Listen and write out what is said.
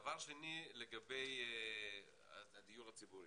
דבר שני לגבי הדיור הציבורי.